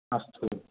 अस्तु